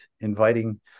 inviting